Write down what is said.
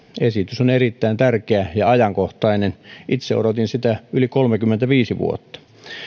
esitys on erittäin tärkeä ja ajankohtainen itse odotin sitä yli kolmekymmentäviisi vuotta